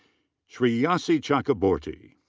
sreyashi chakraborty.